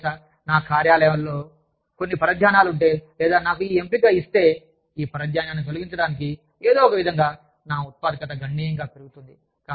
మీకు తెలుసా నా కార్యాలయాలలో కొన్ని పరధ్యానాలు ఉంటే లేదా నాకు ఈ ఎంపికను ఇస్తే ఈ పరధ్యానాన్ని తొలగించడానికి ఏదో ఒకవిధంగా నా ఉత్పాదకత గణనీయంగా పెరుగుతుంది